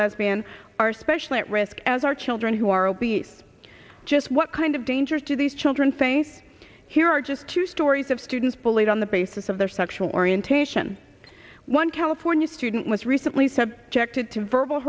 lesbian are especially at risk as are children who are obese just what kind of dangers to these children say here are just two stories of students bullied on the basis of their sexual orientation one california student was recently subjected to verbal